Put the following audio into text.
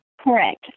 Correct